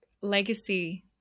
Legacy